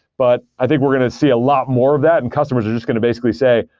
but i think we're going to see a lot more of that, and customers are just going to basically say,